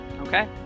Okay